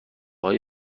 های